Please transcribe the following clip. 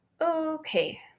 okay